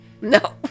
No